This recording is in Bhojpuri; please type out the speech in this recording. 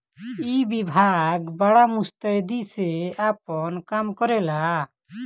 ई विभाग बड़ा मुस्तैदी से आपन काम करेला